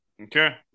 Okay